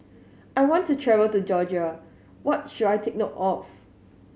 I want to travel to Georgia what should I take note of